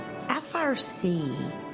FRC